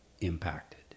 impacted